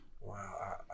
Wow